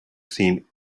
seen